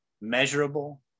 measurable